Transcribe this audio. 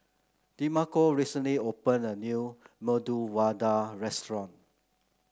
Demarco recently opened a new Medu Vada Restaurant